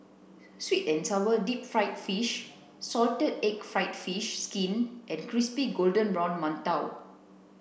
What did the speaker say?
sweet and sour deep fried fish salted egg fried fish skin and crispy golden brown Mantou